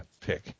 pick